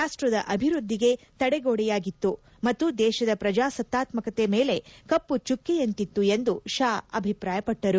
ರಾಷ್ಲದ ಅಭಿವ್ವದ್ದಿಗೆ ತಡೆಗೋಡೆಯಾಗಿತ್ತು ಮತ್ತು ದೇಶದ ಪ್ರಜಾಸತ್ತಾತ್ಕಕತೆ ಮೇಲೆ ಕಪ್ಪು ಚುಕ್ಕೆಯಂತಿತ್ತು ಎಂದು ಅಭಿಪ್ರಾಯಪಟ್ಟರು